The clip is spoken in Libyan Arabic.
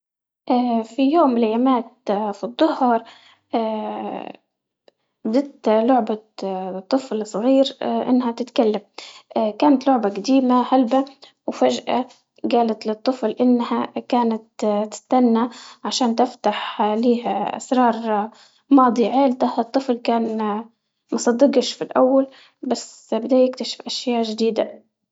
في يوم من الأيامات في الضهر وجدت لعبة ولد صغير إنها تتكلم، كانت لعبة قديمة هلبة، وفجأة قالت للطفل إنها كانت تتستنى عشان تفتح عليه أسرار ماضي عيلته، الطفل كان مصدقش في الأول بس بدا يكتشف أشياء جديدة.